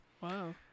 Wow